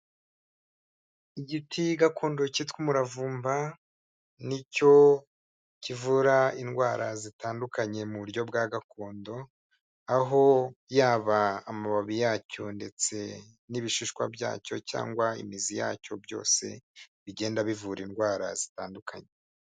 Igiti gakondo cyitwa umuravumba, ni cyo kivura indwara zitandukanye mu buryo bwa gakondo, aho yaba amababi yacyo ndetse n'ibishishwa byacyo cyangwa imizi yacyo byose bigenda bivura indwara zitandukanye.